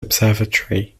observatory